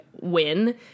win